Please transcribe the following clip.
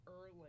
early